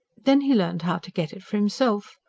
then he learnt how to get it for himself.